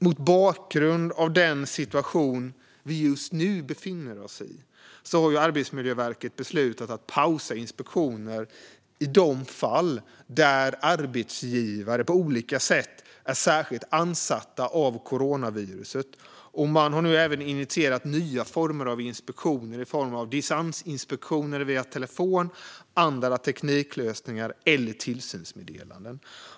Mot bakgrund av den situation vi just nu befinner oss i har Arbetsmiljöverket beslutat att pausa inspektioner i de fall där arbetsgivare på olika sätt är särskilt belastade av coronaviruset. Man har nu även initierat nya former av inspektioner. Det kan vara distansinspektioner via telefon, andra tekniklösningar eller tillsynsmeddelanden.